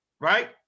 right